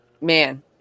Man